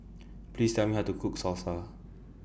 Please Tell Me How to Cook Salsa